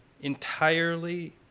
entirely